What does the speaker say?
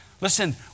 Listen